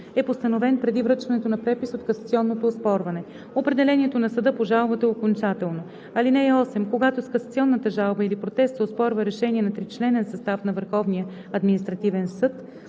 е постановен преди връчването на препис от касационното оспорване. Определението на съда по жалбата е окончателно. (8) Когато с касационната жалба или протест се оспорва решение на тричленен състав на Върховния административен съд,